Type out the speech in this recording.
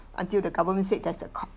until the government said as a